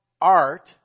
art